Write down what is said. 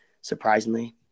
surprisingly